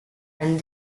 and